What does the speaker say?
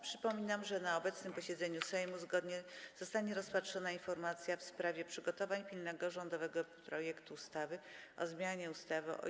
Przypominam, że na obecnym posiedzeniu Sejmu zostanie rozpatrzona informacja w sprawie przygotowania pilnego rządowego projektu ustawy o zmianie ustawy o